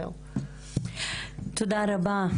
תודה רבה,